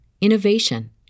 innovation